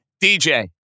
DJ